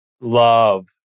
love